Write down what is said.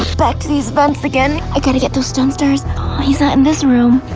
back to these vents again. i gotta get those stun stars. oh he's not in this room.